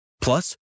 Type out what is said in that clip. Plus